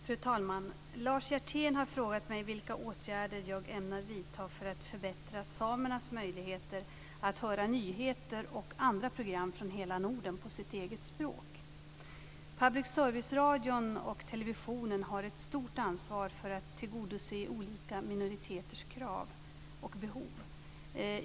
Fru talman! Lars Hjertén har frågat mig vilka åtgärder jag ämnar vidta för att förbättra samernas möjligheter att höra nyheter och andra program från hela Norden på sitt eget språk. Public service-radion och televisionen har ett stort ansvar för att tillgodose olika minoriteters krav och behov.